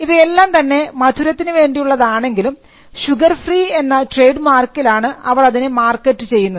ഇവയെല്ലാംതന്നെ മധുരത്തിന് വേണ്ടിയുള്ളതാണെങ്കിലും ഷുഗർഫ്രീ എന്ന ട്രേഡ് മാർക്കിലാണ് അവർ അതിനെ മാർക്കറ്റ് ചെയ്യുന്നത്